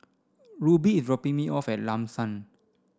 Ruby is dropping me off at Lam San